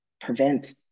prevent